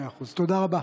מאה אחוז, תודה רבה.